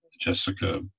Jessica